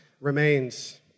remains